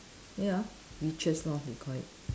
ya leeches lor they call it